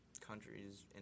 Countries